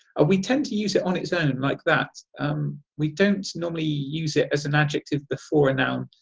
ah we tend to use it on its own and like that um we don't normally use it as an adjective before a noun.